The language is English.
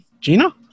Gina